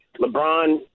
LeBron